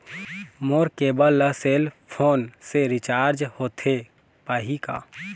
मोर cable ला cell phone से recharge होथे पाही का?